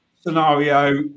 scenario